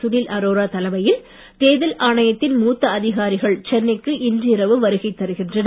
சுனில் அரோரா தலைமையில் தேர்தல் ஆணையத்தின் மூத்த அதிகாரிகள் சென்னைக்கு இன்று இரவு வருகை தருகின்றனர்